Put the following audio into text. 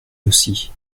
aussi